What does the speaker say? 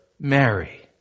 Mary